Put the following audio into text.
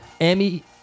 Amy